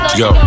yo